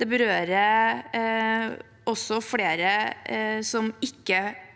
Det berører også flere som ikke